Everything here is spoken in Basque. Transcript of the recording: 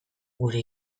gure